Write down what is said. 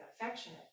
affectionate